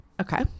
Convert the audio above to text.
Okay